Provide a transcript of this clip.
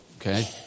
okay